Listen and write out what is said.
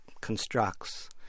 constructs